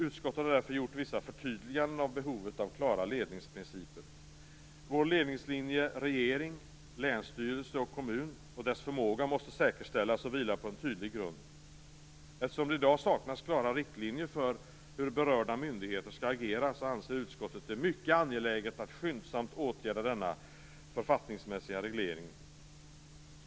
Utskottet har därför gjort vissa förtydliganden av behovet av klara ledningsprinciper. Vår ledningslinje - regering-länsstyrelsekommun - och dess förmåga måste säkerställas och vila på en tydlig grund. Eftersom det i dag saknas klara riktlinjer för hur berörda myndigheter skall agera anser utskottet det mycket angeläget att skyndsamt åtgärda denna författningsmässiga reglering.